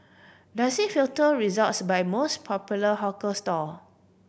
does it filter results by most popular hawker stall